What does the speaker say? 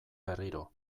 berriro